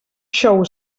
xou